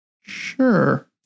Sure